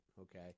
okay